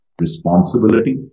responsibility